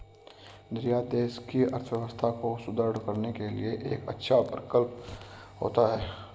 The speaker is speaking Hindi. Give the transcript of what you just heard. निर्यात देश की अर्थव्यवस्था को सुदृढ़ करने के लिए एक अच्छा प्रकल्प होता है